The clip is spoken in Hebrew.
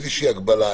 אלא איזושהי הגבלה,